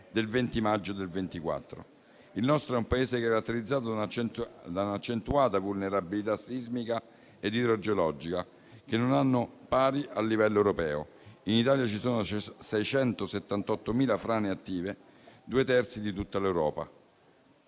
del 20 maggio 2024. Il nostro è un Paese caratterizzato da un'accentuata vulnerabilità sismica ed idrogeologica, che non hanno pari a livello europeo. In Italia ci sono 678.000 frane attive, due terzi di tutta l'Europa.